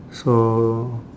so